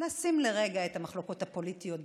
נשים לרגע את המחלוקות הפוליטיות בצד,